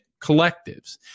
collectives